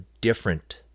different